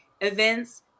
events